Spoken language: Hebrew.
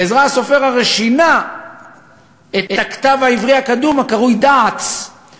עזרא הסופר הרי שינה את הכתב העברי הקדום הקרוי דעץ,